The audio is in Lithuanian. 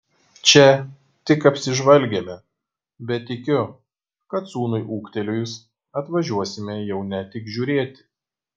čia tik apsižvalgėme bet tikiu kad sūnui ūgtelėjus atvažiuosime jau ne tik žiūrėti